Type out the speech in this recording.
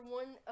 one